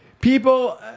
People